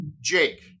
Jake